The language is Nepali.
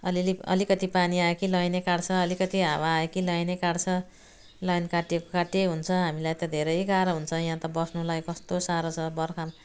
अलि अलि अलिकति पानी आयो कि लाइनै काट्छ अलिकति हावा आयो कि लाइनै काट्छ लाइन काटेको काटेकै हुन्छ हामीलाई त धेरै गाह्रो हुन्छ यहाँ त बस्नुलाई कस्तो साह्रो छ बर्खामा